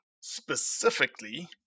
specifically